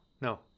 No